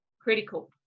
critical